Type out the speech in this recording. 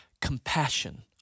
compassion